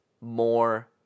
more